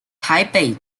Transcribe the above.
台北